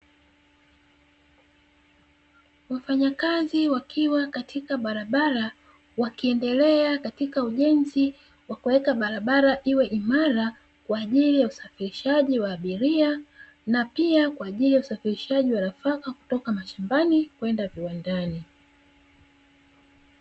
Wafanyakazi wakiwa katika barabara wakiendelea katika ujenzi wa kuweka barabara iwe imara, kwa ajili ya usafirishaji wa abiria na pia kwa ajili ya usafirishaji wa nafaka kutoka mashambani kwenda viwandani.